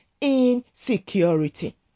insecurity